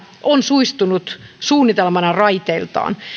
on suistunut raiteiltaan